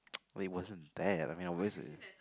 wait it wasn't that I mean I wasn't